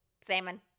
salmon